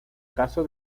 caso